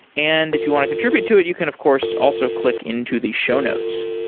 and if you want to contribute to it, you can of course also click into the show notes.